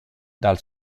dal